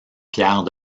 pierre